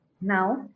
now